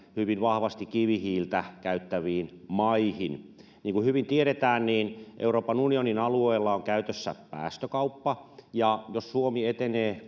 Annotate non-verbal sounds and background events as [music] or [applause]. hyvin vahvasti kivihiiltä käyttäviin keski euroopan maihin niin kuin hyvin tiedetään euroopan unionin alueella on käytössä päästökauppa ja jos suomi etenee [unintelligible]